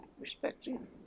respecting